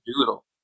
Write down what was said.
Doodle